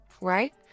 Right